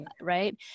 right